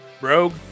Rogue